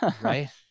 right